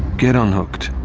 get unhooked.